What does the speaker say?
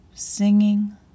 Singing